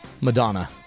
Madonna